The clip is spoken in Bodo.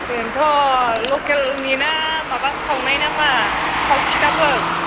बेनोथ' लकेलनिना माबा सावनाय ना मा थाव फिथाफोर